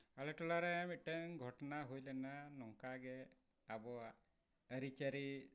ᱟᱞᱮ ᱴᱚᱞᱟᱨᱮ ᱢᱤᱫᱴᱟᱹᱝ ᱜᱷᱚᱴᱚᱱᱟ ᱦᱩᱭ ᱞᱮᱱᱟ ᱱᱚᱝᱠᱟᱜᱮ ᱟᱵᱚᱣᱟᱜ ᱟᱹᱨᱤᱪᱟᱹᱞᱤ